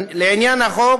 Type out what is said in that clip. לעניין החוק,